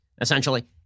essentially